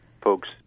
folks